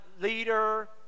leader